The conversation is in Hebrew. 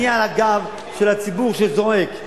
אני על הגב של הציבור שזועק,